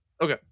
Okay